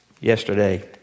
Yesterday